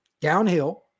Downhill